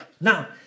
now